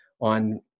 on